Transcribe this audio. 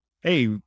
hey